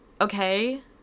okay